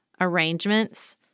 arrangements